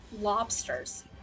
lobsters